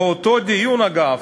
באותו דיון, אגב,